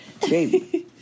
baby